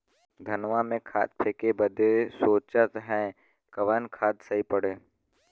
धनवा में खाद फेंके बदे सोचत हैन कवन खाद सही पड़े?